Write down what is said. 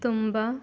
ತುಂಬ